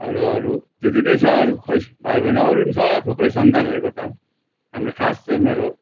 अरूहरू त्यति नै अरू खै भाइबैना अरू पनि छ थुप्रै सन्तानहरूको त हाम्रो खास चाहिँ मेरो